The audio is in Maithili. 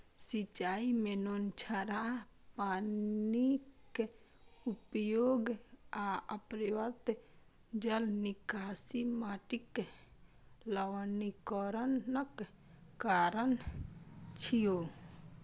सिंचाइ मे नोनछराह पानिक उपयोग आ अपर्याप्त जल निकासी माटिक लवणीकरणक कारण छियै